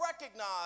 recognize